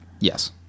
Yes